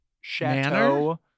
chateau